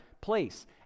place